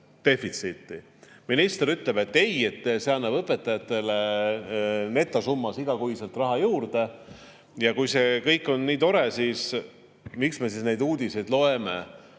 Minister ütleb, et ei, see annab õpetajatele netosummas igakuiselt raha juurde. Aga kui see kõik on nii tore, miks me siis loeme neid uudiseid